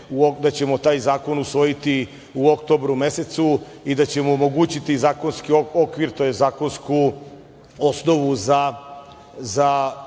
da ćemo taj zakon usvojiti u oktobru mesecu i da ćemo omogućiti zakonski okvir, tj. zakonsku osnovu za